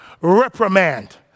reprimand